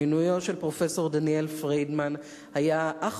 מינויו של פרופסור דניאל פרידמן היה אך